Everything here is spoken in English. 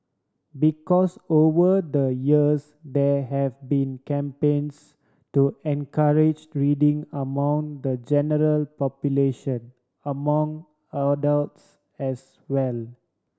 because over the years there have been campaigns to encourage reading among the general population among adults as well